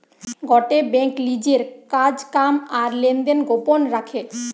গটে বেঙ্ক লিজের কাজ কাম আর লেনদেন গোপন রাখে